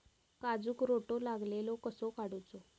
काजूक रोटो लागलेलो कसो काडूचो?